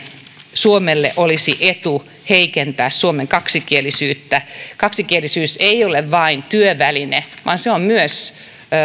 suomelle olisi etu heikentää suomen kaksikielisyyttä kaksikielisyys ei ole vain työväline vaan se on myös